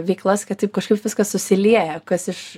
veiklas kad taip kažkaip viskas susilieja kas iš